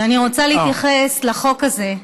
אני רוצה להתייחס לחוק הזה.